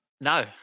No